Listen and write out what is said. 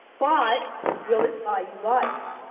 but will it buy you life?